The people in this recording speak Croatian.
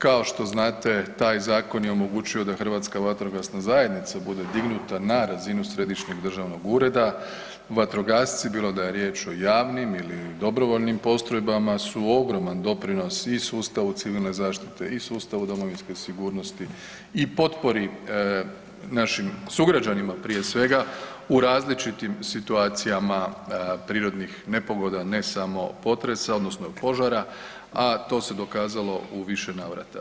Kao što znate taj zakon je omogućio da hrvatska vatrogasna zajednica bude dignuta na razinu središnjeg državnog ureda, vatrogasci bilo da je riječ o javnim ili dobrovoljnim postrojbama su ogroman doprinos i sustavu civilne zaštite i sustavu domovinske sigurnosti i potpori našim sugrađanima prije svega u različitim situacijama prirodnih nepogoda, ne samo potresa odnosno požara, a to se dokazalo u više navrata.